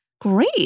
Great